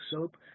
soap